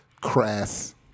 crass